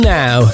now